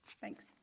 Thanks